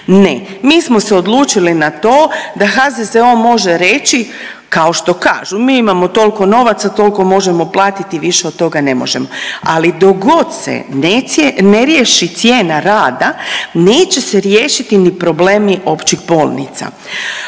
Ne, mi smo se odlučili na to da HZZO može reći, kao što kažu, mi imamo toliko novaca toliko možemo platiti više od toga ne možemo. Ali dok god se ne riješi cijena rada, neće se riješiti ni problemi općih bolnica.